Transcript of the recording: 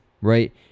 right